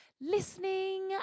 listening